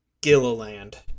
Gilliland